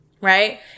Right